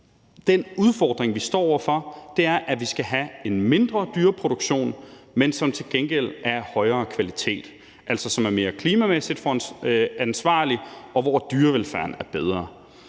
den udfordring, vi står over for, er, at vi skal have en mindre dyreproduktion, som til gengæld er af højere kvalitet – altså som er mere klimamæssigt ansvarlig, og hvor dyrevelfærden er bedre.